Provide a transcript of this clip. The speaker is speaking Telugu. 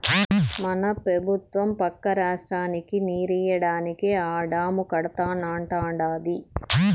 మన పెబుత్వం పక్క రాష్ట్రానికి నీరియ్యడానికే ఆ డాము కడతానంటాంది